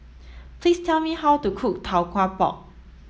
please tell me how to cook Tau Kwa Pau